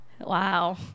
Wow